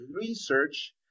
research